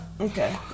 Okay